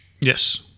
Yes